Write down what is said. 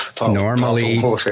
Normally